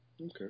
Okay